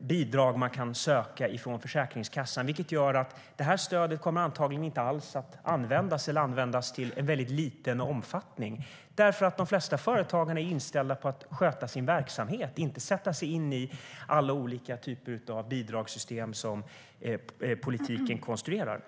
bidrag de kan söka från Försäkringskassan. Det gör att stödet antagligen inte alls kommer att användas eller att användas i en väldigt liten omfattning. De flesta företagare är inställda på att sköta sin verksamhet och inte på att sätta sig in i alla olika typer av bidragssystem som politiken konstruerar.